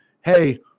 hey